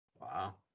Wow